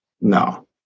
No